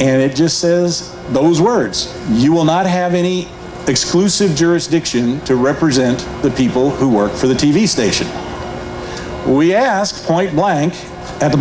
and it just says those words you will not have any exclusive jurisdiction to represent the people who work for the t v station we asked point blank at the